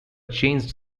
changed